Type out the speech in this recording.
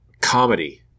comedy